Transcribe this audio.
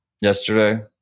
yesterday